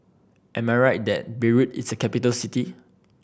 am I right that Beirut is a capital city